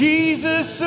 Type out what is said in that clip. Jesus